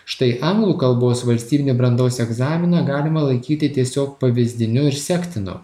štai anglų kalbos valstybinį brandos egzaminą galima laikyti tiesiog pavyzdiniu ir sektinu